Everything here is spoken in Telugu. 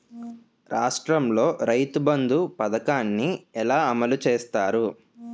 రాష్ట్రంలో రైతుబంధు పథకాన్ని ఎలా అమలు చేస్తారు?